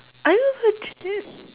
are you legit